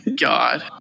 god